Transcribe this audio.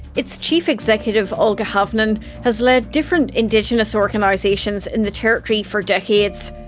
its chief executive olga havnen has led different indigenous organisations in the territory for decades.